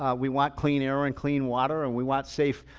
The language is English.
we want clean air and clean water and we want safe,